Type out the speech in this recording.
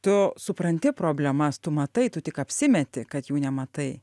tu supranti problemas tu matai tu tik apsimeti kad jų nematai